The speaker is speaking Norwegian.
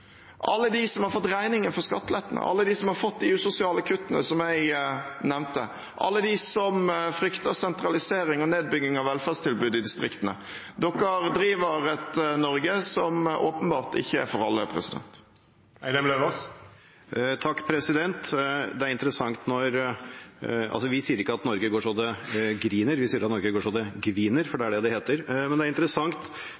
alle de som har fått regningen for skattelettene, alle de som har fått de usosiale kuttene som jeg nevnte, alle de som frykter sentralisering og nedbygging av velferdstilbudet i distriktene. Regjeringen driver et Norge som åpenbart ikke er for alle. Vi sier ikke at Norge går så det griner, vi sier at Norge går så det gviner, for det er det det heter. Det er interessant når representanten sier at